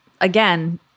again